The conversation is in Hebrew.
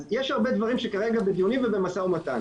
אז יש הרבה דברים שכרגע בדיונים ובמשא ומתן.